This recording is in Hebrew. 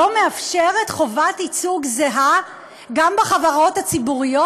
לא מאפשרת חובת ייצוג זהה גם בחברות הציבוריות?